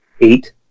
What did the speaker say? eight